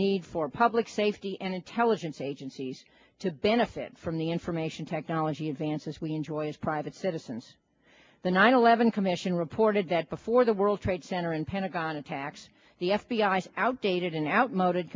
need for public safety and intelligence agencies to benefit from the information technology advances we enjoy as private citizens the nine eleven commission reported that before the world trade center and pentagon attacks the f b i s outdated and outmoded